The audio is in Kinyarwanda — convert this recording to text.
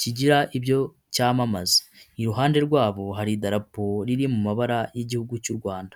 kigira ibyo cyamamaza. Iruhande rwabo, hari idarapo, riri mu mabara y'igihugu cy'u Rwanda.